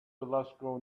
glasgow